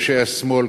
אנשי השמאל,